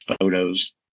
photos